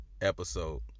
episode